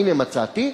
והנה מצאתי,